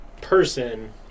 person